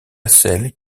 celles